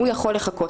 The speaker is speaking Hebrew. הוא יכול לחכות.